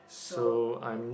so it